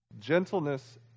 Gentleness